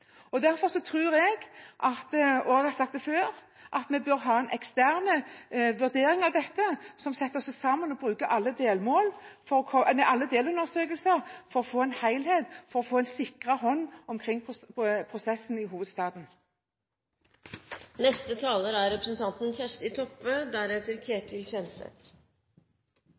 Derfor tror jeg – og jeg har sagt det før – at vi bør ha en ekstern vurdering av dette, der en setter seg sammen og bruker alle delundersøkelser for å få se helheten – for å få en